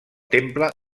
temple